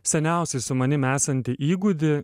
seniausiai su manim esantį įgūdį